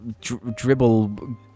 dribble